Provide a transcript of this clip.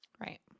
Right